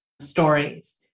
stories